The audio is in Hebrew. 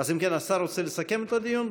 אז אם כן, השר רוצה לסכם את הדיון?